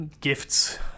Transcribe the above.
gifts